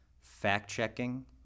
fact-checking